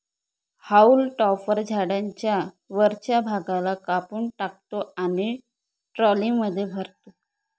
haulm topper झाडाच्या वरच्या भागाला कापून टाकतो आणि ट्रॉलीमध्ये भरतो